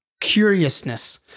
curiousness